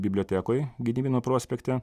bibliotekoj gedimino prospekte